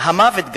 גם המוות,